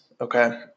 okay